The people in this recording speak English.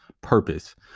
Purpose